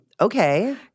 Okay